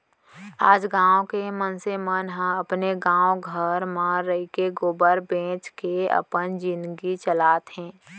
आज गॉँव के मनसे मन ह अपने गॉव घर म रइके गोबर बेंच के अपन जिनगी चलात हें